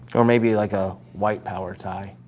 or maybe like a white power tie.